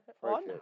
one